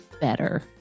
BETTER